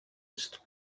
ist